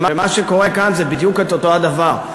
ומה שקורה כאן זה בדיוק אותו הדבר.